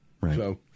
Right